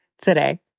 Today